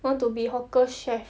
want to be hawker chef